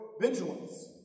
vigilance